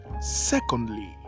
Secondly